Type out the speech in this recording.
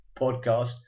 podcast